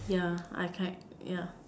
yeah I kite yeah